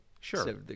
Sure